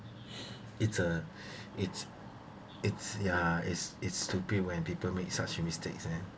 it's uh it's it's ya it's it's stupid when people make such mistakes then